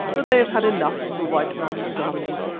for they have had enough of the white man's guns.